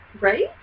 Right